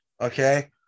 Okay